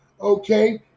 okay